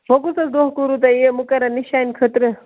وۅنۍ کُس حظ دۄہ کوٚروٕ تۄہہِ یہِ مُقرر نِشانہِ خٲطرٕ